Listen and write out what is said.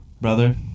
brother